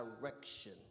direction